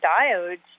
diodes